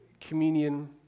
communion